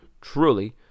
truly